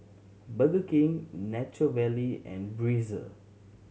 Burger King Nature Valley and Breezer